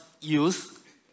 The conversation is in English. youth